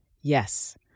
Yes